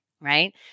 right